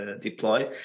deploy